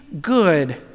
good